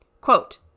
Quote